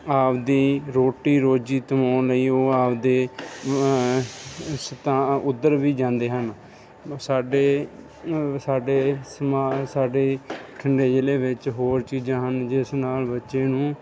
ਆਪਣੀ ਰੋਟੀ ਰੋਜੀ ਕਮਾਉਣ ਲਈ ਉਹ ਆਪਣੇ ਸਤਾ ਉੱਧਰ ਵੀ ਜਾਂਦੇ ਹਨ ਸਾਡੇ ਸਾਡੇ ਸਮਾਂ ਸਾਡੇ ਬਠਿੰਡੇ ਜਿਲ੍ਹੇ ਵਿੱਚ ਹੋਰ ਚੀਜ਼ਾਂ ਹਨ ਜਿਸ ਨਾਲ ਬੱਚੇ ਨੂੰ